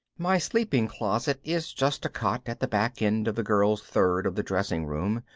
my sleeping closet is just a cot at the back end of the girls' third of the dressing room,